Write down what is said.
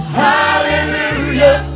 hallelujah